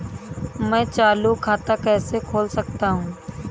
मैं चालू खाता कैसे खोल सकता हूँ?